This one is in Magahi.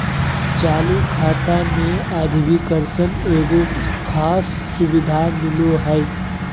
चालू खाता मे अधिविकर्षण एगो खास सुविधा मिलो हय